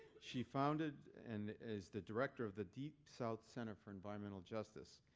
she founded and is the director of the deep south center for environmental justice.